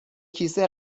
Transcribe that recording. کیسه